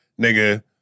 nigga